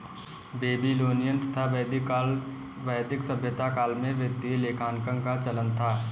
Babylonian तथा वैदिक सभ्यता काल में वित्तीय लेखांकन का चलन था